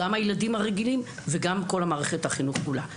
גם הילדים הרגילים ומערכת החינוך כולה.